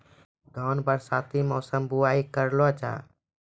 धान बरसाती मौसम बुवाई करलो जा?